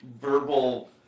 verbal